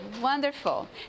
Wonderful